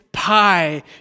pie